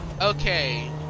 Okay